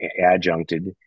adjuncted